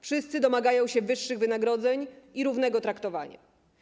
Wszyscy domagają się wyższych wynagrodzeń i równego traktowania.